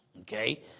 Okay